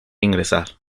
ingresar